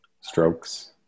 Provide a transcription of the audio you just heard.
strokes